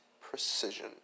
precision